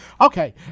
Okay